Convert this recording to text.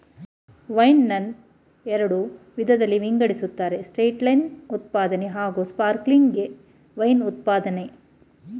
wine ನನ್ನ ಎರಡು ವಿಧದಲ್ಲಿ ವಿಂಗಡಿಸ್ತಾರೆ ಸ್ಟಿಲ್ವೈನ್ ಉತ್ಪಾದನೆ ಹಾಗೂಸ್ಪಾರ್ಕ್ಲಿಂಗ್ ವೈನ್ ಉತ್ಪಾದ್ನೆ